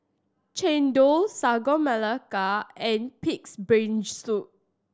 Chendol Sagu Melaka and Pig's Brain Soup